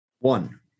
One